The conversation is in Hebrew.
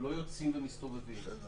הם לא יוצאים ומסתובבים.